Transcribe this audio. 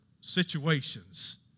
situations